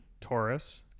taurus